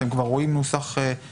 אתם כבר רואים נוסח מעודכן,